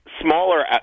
Smaller